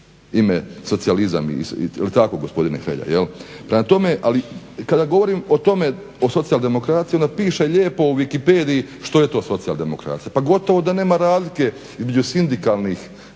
ime socijalizam, je li tako gospodine Hrelja. Prema tome, ali kada govorim o tome, o socijaldemokraciji onda piše lijepo u wikipediji što je to socijaldemokracija pa gotovo da nema razlike između sindikalnih